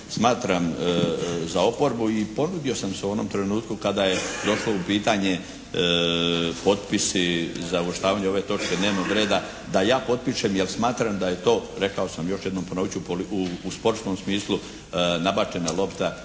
smatram za oporbu i ponudio sam se u onom trenutku kada je došlo u pitanje potpisi za uvrštavanje ove točne dnevnog reda da ja potpišem jer smatram da je to, rekao sam, još jednom ponovit ću u sportskom smislu nabačena lopta